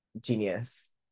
genius